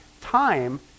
Time